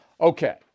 Okay